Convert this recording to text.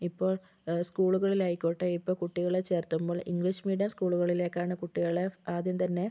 ഇപ്പോൾ സ്കൂളുകളിലായിക്കോട്ടെ ഇപ്പോൾ കുട്ടികളെ ചേർത്തുമ്പോൾ ഇംഗ്ലീഷ് മീഡിയം സ്കൂളുകളിലേക്കാണ് കുട്ടികളെ ആദ്യം തന്നെ